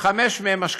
וחמש אשכנזיות.